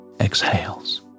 exhales